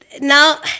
Now